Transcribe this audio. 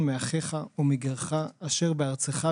מֵאַחֶיךָ אוֹ מִגֵּרְךָ אֲשֶׁר בְּאַרְצְךָ